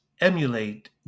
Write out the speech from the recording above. emulate